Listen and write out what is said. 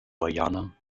guyana